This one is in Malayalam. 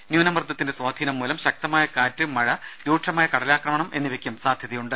ന്യൂനമർദത്തിന്റെ സ്വാധീനം മൂലം ശക്തമായ കാറ്റ് മഴ രൂക്ഷമായ കടലാക്രമണം എന്നിവക്ക് സാധ്യതയുണ്ട്